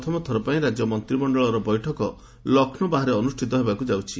ପ୍ରଥମଥର ପାଇଁ ରାଜ୍ୟ ମନ୍ତ୍ରିମଣ୍ଡଳର ବୈଠକ ଲକ୍ଷ୍ମୌ ବାହାରେ ଅନୁଷ୍ଠିତ ହେବାକୁ ଯାଉଛି